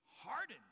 hardened